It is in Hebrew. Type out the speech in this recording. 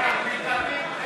לביטחון פנים,